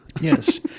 Yes